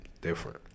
different